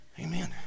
amen